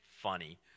funny